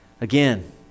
Again